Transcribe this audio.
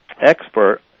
expert